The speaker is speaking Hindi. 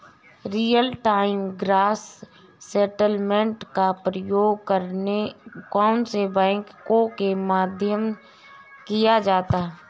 रियल टाइम ग्रॉस सेटलमेंट का प्रयोग कौन से बैंकों के मध्य किया जाता है?